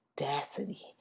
audacity